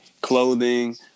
clothing